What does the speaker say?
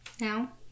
now